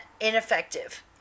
ineffective